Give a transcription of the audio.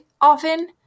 often